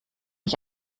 ich